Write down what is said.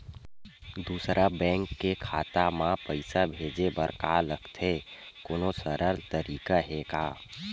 दूसरा बैंक के खाता मा पईसा भेजे बर का लगथे कोनो सरल तरीका हे का?